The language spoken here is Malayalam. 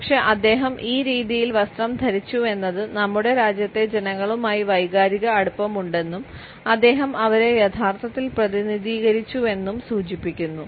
പക്ഷേ അദ്ദേഹം ഈ രീതിയിൽ വസ്ത്രം ധരിച്ചിരുന്നുവെന്നത് നമ്മുടെ രാജ്യത്തെ ജനങ്ങളുമായി വൈകാരിക അടുപ്പമുണ്ടെന്നും അദ്ദേഹം അവരെ യഥാർത്ഥത്തിൽ പ്രതിനിധീകരിച്ചുവെന്നും സൂചിപ്പിക്കുന്നു